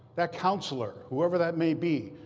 that counselor, whoever that may be,